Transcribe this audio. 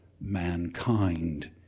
mankind